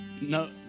No